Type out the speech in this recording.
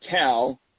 tell